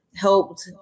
helped